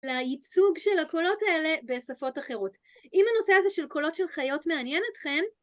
לייצוג של הקולות האלה בשפות אחרות. אם הנושא הזה של קולות של חיות מעניין אתכם,